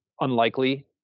unlikely